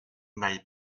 n’aille